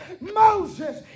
Moses